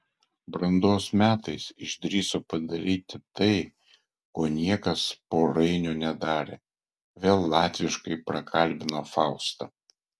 brandos metais išdrįso padaryti tai ko niekas po rainio nedarė vėl latviškai prakalbino faustą